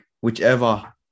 whichever